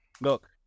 look